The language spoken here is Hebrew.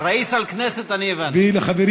אתה יודע מה זה ראיס.